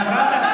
אתה לוקח,